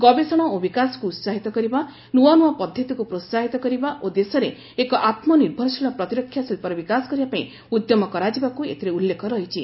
ଗବେଷଣା ଓ ବିକାଶକୁ ଉତ୍ସାହିତ କରିବା ନୂଆ ନୂଆ ପଦ୍ଧତିକୁ ପ୍ରୋସାହିତ କରିବା ଓ ଦେଶରେ ଏକ ଆତ୍ମନିର୍ଭରଶୀଳ ପ୍ରତିରକ୍ଷା ଶିଳ୍ପର ବିକାଶ କରିବା ପାଇଁ ଉଦ୍ୟମ କରାଯିବାକୁ ଏଥିରେ ଉଲ୍ଲେଖ ରହିଛି